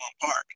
park